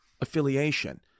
affiliation